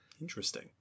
interesting